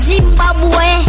Zimbabwe